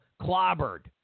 clobbered